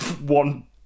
One